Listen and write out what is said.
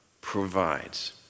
provides